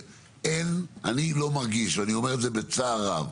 אני לא מרגיש, ואני אומר את זה בצער רב,